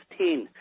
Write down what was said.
2015